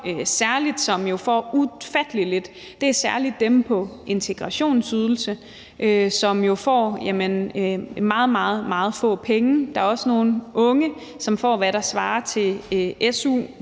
grupper, som får ufattelig lidt. Det er særlig dem på integrationsydelse, som jo får meget, meget få penge. Der er også nogle unge, som får, hvad der svarer til su,